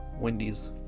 Wendy's